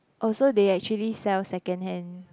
oh so they actually sell second hand